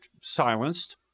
silenced